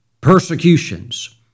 persecutions